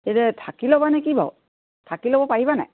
এতিয়া থাকি ল'বা নে কি বাৰু থাকি ল'ব পাৰিবা নাই